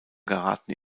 geraten